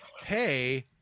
hey